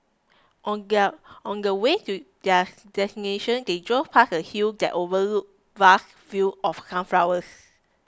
on their on the way to their destination they drove past a hill that overlooked vast fields of sunflowers